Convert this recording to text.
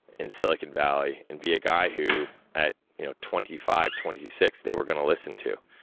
in silicon valley, and be a guy who, at you know twenty five, twenty six, they were gonna listen to.